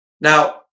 Now